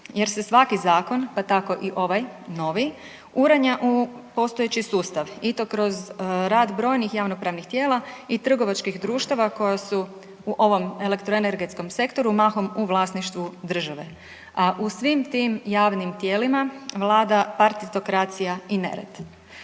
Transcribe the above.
jer se svaki zakon, pa tako i ovaj novi, uranja u postojeći sustav i to kroz rad brojnih javnopravnih tijela i trgovačkih društava koja su u ovom elektroenergetskom sektoru mahom u vlasništvu države, a u svim tim javnim tijelima vlada partitokracija i nered.